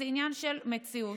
זה עניין של מציאות.